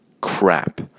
crap